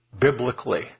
biblically